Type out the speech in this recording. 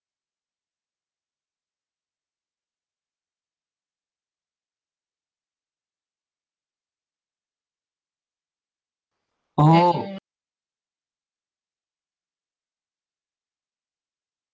oh